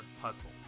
Hustle